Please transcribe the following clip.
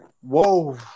Whoa